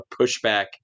pushback